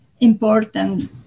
important